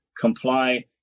comply